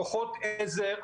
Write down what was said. כוחות עזר,